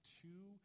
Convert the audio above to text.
two